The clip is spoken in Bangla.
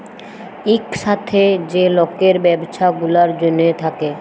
ইকসাথে যে লকের ব্যবছা গুলার জ্যনহে থ্যাকে